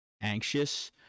anxious